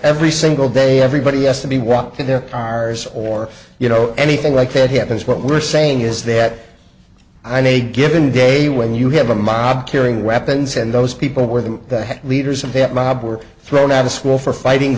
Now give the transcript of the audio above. every single day everybody s to be walked in their cars or you know anything like that happens what we're saying is that i need a given day when you have a mob carrying weapons and those people were the leaders of that mob were thrown out of school for fighting